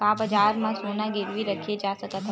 का बजार म सोना गिरवी रखे जा सकत हवय?